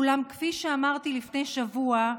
אולם כפי שאמרתי לפני שבוע,